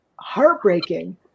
heartbreaking